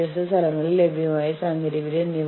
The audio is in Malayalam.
തുടർന്ന് നിങ്ങൾ പരാതി എഴുതി സംഘടനയിലെ ആളുകൾക്ക് നൽകുക